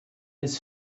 his